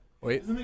Wait